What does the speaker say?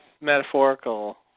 metaphorical